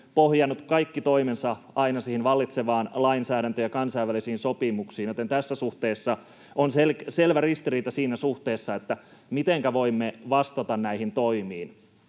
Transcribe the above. pohjannut kaikki toimensa aina vallitsevaan lainsäädäntöön ja kansainvälisiin sopimuksiin, joten tässä suhteessa on selvä ristiriita siinä suhteessa, mitenkä voimme vastata näihin toimiin.